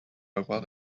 about